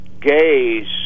gays